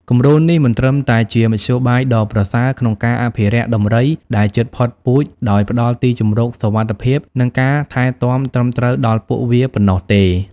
គំរូនេះមិនត្រឹមតែជាមធ្យោបាយដ៏ប្រសើរក្នុងការ អភិរក្សដំរីដែលជិតផុតពូជ ដោយផ្តល់ទីជម្រកសុវត្ថិភាព និងការថែទាំត្រឹមត្រូវដល់ពួកវាប៉ុណ្ណោះទេ។